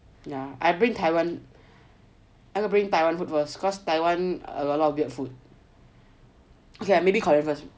yeah I bring taiwan I want to bring taiwan a lot of weird food okay maybe Korean first